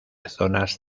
zonas